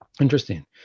Interesting